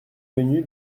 venu